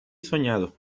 soñado